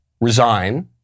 resign